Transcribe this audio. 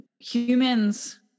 Humans